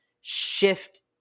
shift